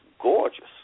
gorgeous